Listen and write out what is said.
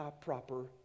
proper